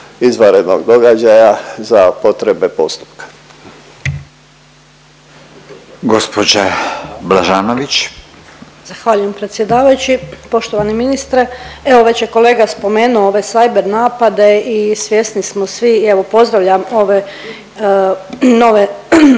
Blažanović. **Blažanović, Danijela (HDZ)** Zahvaljujem predsjedavajući. Poštovani ministre, evo već je kolega spomenuo ove cyber napade i svjesni smo svi i evo pozdravljam ove nove